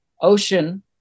ocean